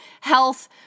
health